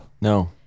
No